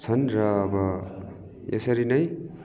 छन् र अब यसरी नै